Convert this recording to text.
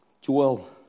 Joel